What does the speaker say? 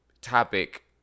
topic